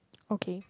okay